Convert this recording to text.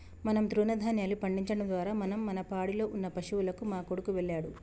మనం తృణదాన్యాలు పండించడం ద్వారా మనం మన పాడిలో ఉన్న పశువులకు మా కొడుకు వెళ్ళాడు